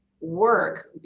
work